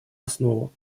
основу